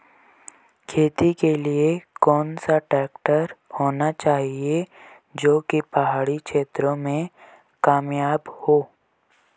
खेती के लिए कौन सा ट्रैक्टर होना चाहिए जो की पहाड़ी क्षेत्रों में कामयाब हो?